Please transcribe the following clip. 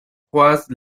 croise